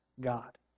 God